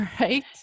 Right